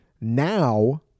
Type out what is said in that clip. now